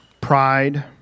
pride